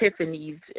epiphanies